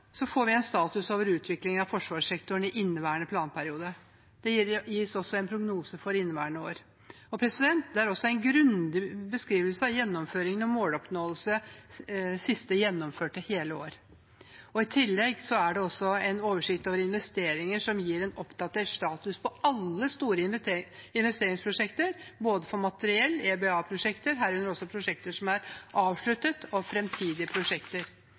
får vi en status over utviklingen i forsvarssektoren i inneværende planperiode. Det gis også en prognose for inneværende år og en grundig beskrivelse av gjennomføring og måloppnåelse siste gjennomførte hele år. I tillegg er det en oversikt over investeringer som gir en oppdatert status for alle store investeringsprosjekter, både for materiell, EBA-prosjekter – herunder også prosjekter som er avsluttet – og framtidige prosjekter.